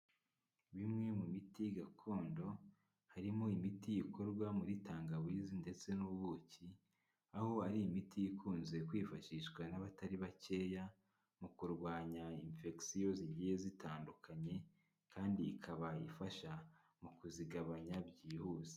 Imwe mu miti gakondo, harimo imiti ikorwa muri tangawizi ndetse n'ubuki, aho ari imiti ikunze kwifashishwa n'abatari bakeya mu kurwanya infection zigiye zitandukanye, kandi ikaba ifasha mu kuzigabanya byihuse.